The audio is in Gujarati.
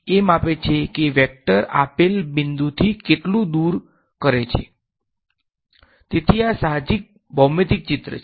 હવે આ ક્વોંટિટી ભૌમિતિક ચિત્રો છે